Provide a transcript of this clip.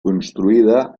construïda